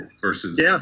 versus